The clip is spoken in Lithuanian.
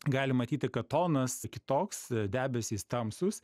galim matyti kad tonas kitoks debesys tamsūs